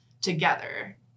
together